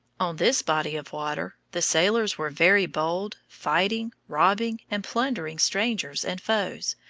on this body of water the sailors were very bold, fighting, robbing, and plundering strangers and foes,